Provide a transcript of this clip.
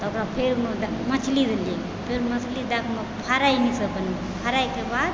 तऽ ओकरा फेर मछली देलियै फेर मछली दएके फ्राइसँ बनेलियै फ्राइके बाद